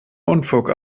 unfug